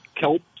kelp